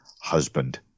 husband